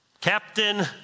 Captain